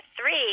three